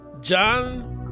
John